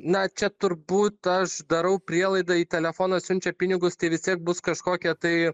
na čia turbūt aš darau prielaidą į telefoną siunčia pinigus tai vis tiek bus kažkokia tai